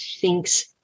thinks